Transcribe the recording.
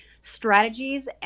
strategies